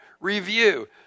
review